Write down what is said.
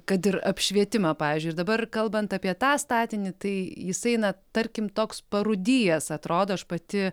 kad ir apšvietimą pavyzdžiui ir dabar kalbant apie tą statinį tai jisai na tarkim toks parūdijęs atrodo aš pati